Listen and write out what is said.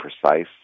precise